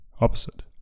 opposite